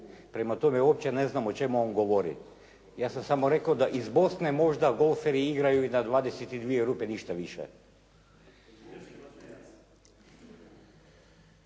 Prema tome uopće ne znam o čemu on govori. Ja sam samo rekao da iz Bosne možda golferi igraju na 22 rupe, ništa više.